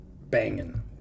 banging